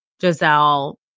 Giselle